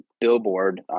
billboard